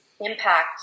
impact